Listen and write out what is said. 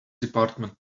department